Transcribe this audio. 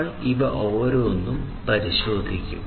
നമ്മൾ ഇവ ഓരോന്നും പരിശോധിക്കും